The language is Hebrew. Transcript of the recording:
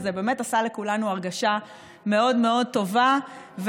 וזה באמת עשה לכולנו הרגשה מאוד מאוד טובה,